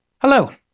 Hello